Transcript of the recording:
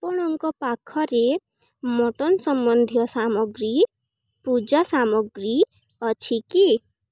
ଆପଣଙ୍କ ପାଖରେ ମଟନ୍ ସମ୍ବନ୍ଧୀୟ ସାମଗ୍ରୀ ପୂଜା ସାମଗ୍ରୀ ଅଛି କି